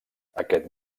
aquest